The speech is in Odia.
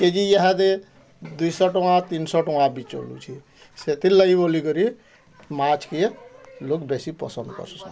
କେଜି ୟାହାଦେ ଦୁଇଶହ ଟଙ୍କା ତିନିଶହ ଟଙ୍କା ବି ଚଲୁଛି ସେଥିର୍ ଲାଗି ବୋଲିକରି ମାଛ୍ କେ ଲୋକ୍ ବେଶି ପସନ୍ଦ କରୁଛନ୍